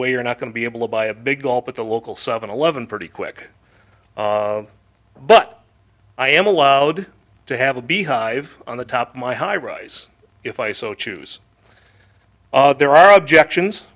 way you're not going to be able to buy a big gulp at the local seven eleven pretty quick but i am allowed to have a beehive on the top of my high rise if i so choose there are objections